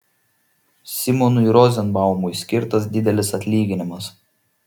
simonui rozenbaumui skirtas didelis atlyginimas